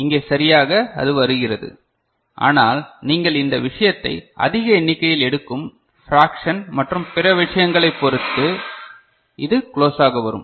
இங்கே சரியாக அதுவருகிறது ஆனால் நீங்கள் இந்த விஷயத்தை அதிக எண்ணிக்கையில் எடுக்கும் பிராக்ஷன் மற்றும் பிற விஷயங்களைப் பொறுத்து இது களோசாக வரும்